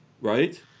Right